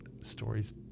stories